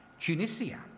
Tunisia